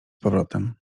powrotem